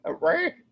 Right